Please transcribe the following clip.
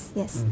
yes